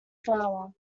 flower